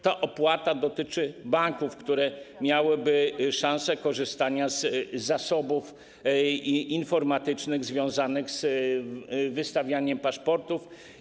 Ta opłata dotyczy banków, które miałyby szansę korzystania z zasobów informatycznych związanych z wystawianiem paszportów.